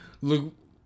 look